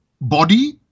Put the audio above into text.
body